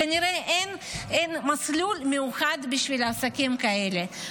כנראה שאין מסלול מיוחד בשביל עסקים כאלה.